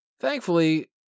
Thankfully